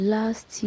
Last